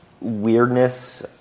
weirdness